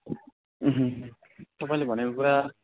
तपाईँले भनेको कुरा